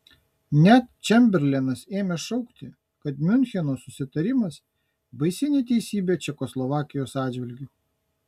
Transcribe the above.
net čemberlenas ėmė šaukti kad miuncheno susitarimas baisi neteisybė čekoslovakijos atžvilgiu